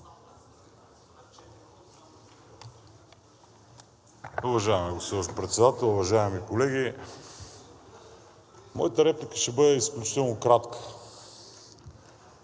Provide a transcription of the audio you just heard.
Уважаема госпожо Председател, уважаеми колеги! Моята реплика ще бъде изключително кратка.